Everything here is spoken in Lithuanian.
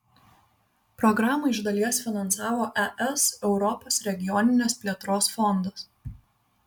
programą iš dalies finansavo es europos regioninės plėtros fondas